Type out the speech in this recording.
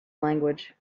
language